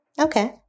Okay